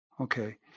okay